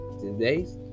today's